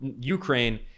Ukraine